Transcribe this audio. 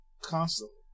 constantly